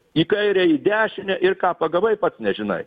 į kairę į dešinę ir ką pagavai pats nežinai